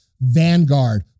Vanguard